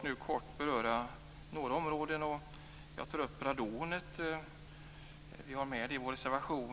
nu kort beröra enbart några områden. Jag vill först gå in på frågan om radonet, som tas upp i vår reservation.